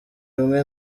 imwe